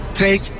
take